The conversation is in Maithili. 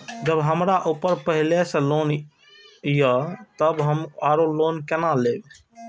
जब हमरा ऊपर पहले से लोन ये तब हम आरो लोन केना लैब?